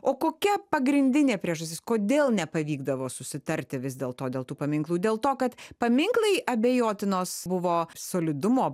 o kokia pagrindinė priežastis kodėl nepavykdavo susitarti vis dėlto dėl tų paminklų dėl to kad paminklai abejotinos buvo solidumo